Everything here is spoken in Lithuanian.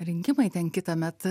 rinkimai ten kitąmet